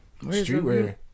Streetwear